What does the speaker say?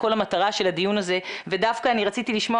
כל המטרה של הדיון הזה ודווקא רציתי לשמוע